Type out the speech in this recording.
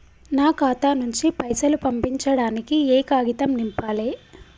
నా ఖాతా నుంచి పైసలు పంపించడానికి ఏ కాగితం నింపాలే?